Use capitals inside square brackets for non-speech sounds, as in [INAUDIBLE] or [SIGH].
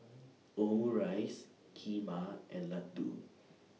[NOISE] Omurice Kheema and Ladoo [NOISE]